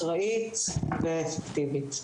אחראית ואפקטיבית.